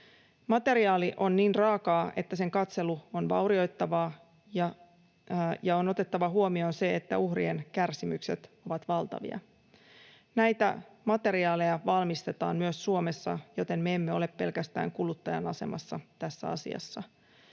Materiaali on niin raakaa, että sen katselu on vaurioittavaa, ja on otettava huomioon se, että uhrien kärsimykset ovat valtavia. Näitä materiaaleja valmistetaan myös Suomessa, joten me emme ole pelkästään kuluttajan asemassa tässä asiassa.